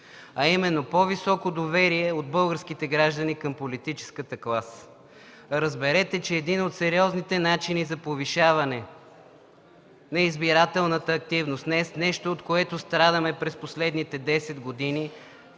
а именно по-високо доверие и от българските граждани към политическата класа. Разберете, че един от сериозните начини за повишаване на избирателната активност – нещо, от което страдаме през последните 10 години,